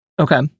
Okay